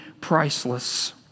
priceless